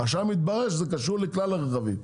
עכשיו מתברר שזה קשור לכלל הרכבים.